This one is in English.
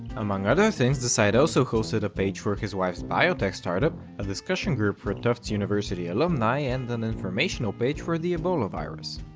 among other things the site also hosted a page for his wife's biotech startup, a discussion group for tufts university alumni, and an informational page for the ebola virus.